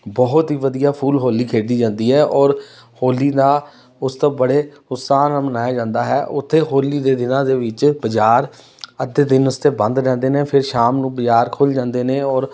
ਬਹੁਤ ਹੀ ਵਧੀਆ ਫੁੱਲ ਹੋਲੀ ਖੇਡੀ ਜਾਂਦੀ ਹੈ ਔਰ ਹੋਲੀ ਦਾ ਉਸ ਤੋਂ ਬੜੇ ਉਤਸ਼ਾਹ ਨਾਲ ਮਨਾਇਆ ਜਾਂਦਾ ਹੈ ਉੱਥੇ ਹੋਲੀ ਦੇ ਦਿਨਾਂ ਦੇ ਵਿੱਚ ਬਾਜ਼ਾਰ ਅੱਧੇ ਦਿਨ ਵਾਸਤੇ ਬੰਦ ਰਹਿੰਦੇ ਨੇ ਫਿਰ ਸ਼ਾਮ ਨੂੰ ਬਾਜ਼ਾਰ ਖੁੱਲ ਜਾਂਦੇ ਨੇ ਔਰ